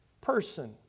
person